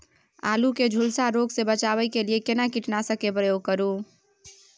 आलू के झुलसा रोग से बचाबै के लिए केना कीटनासक के प्रयोग करू